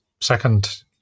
second